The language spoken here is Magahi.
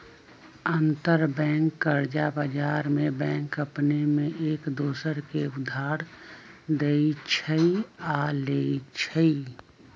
अंतरबैंक कर्जा बजार में बैंक अपने में एक दोसर के उधार देँइ छइ आऽ लेइ छइ